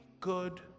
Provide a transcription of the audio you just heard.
good